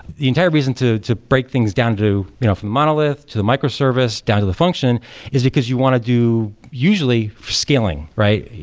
the entire reason to to break things down to you know from monolith, to the microservice down to the function is because you want to do usually scaling, right?